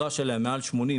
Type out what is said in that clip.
החדירה שלה היא מעל 80%,90%,